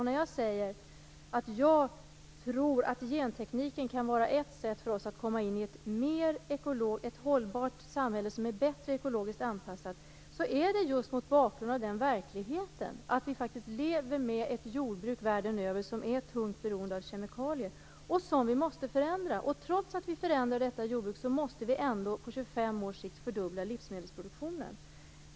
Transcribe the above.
När jag säger att jag tror att gentekniken kan vara ett sätt för oss att få ett hållbart samhälle som är bättre ekologiskt anpassat, är det just mot bakgrund av den verkligheten att vi lever med ett jordbruk världen över som är tungt beroende av kemikalier och som vi måste förändra. Trots att vi förändrar detta jordbruk måste vi ändå på 25 års sikt fördubbla livsmedelsproduktionen.